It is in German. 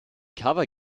cover